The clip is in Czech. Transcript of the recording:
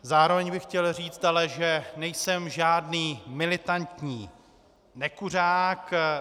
Zároveň bych chtěl ale říct, že nejsem žádný militantní nekuřák.